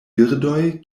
birdoj